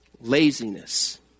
Laziness